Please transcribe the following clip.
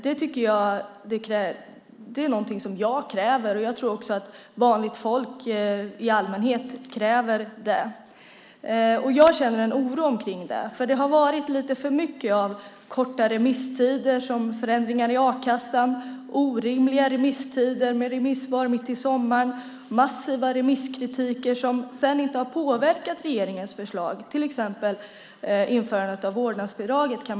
Det är någonting som jag kräver, och jag tror också att vanligt folk i allmänhet kräver det. Jag känner en oro omkring det. Det har varit lite för mycket av korta remisstider som inför förändringen i a-kassan, orimliga remisstider med remissvar mitt i sommaren, massiv remisskritik som sedan inte har påverkat regeringens förslag, till exempel införandet av vårdnadsbidraget.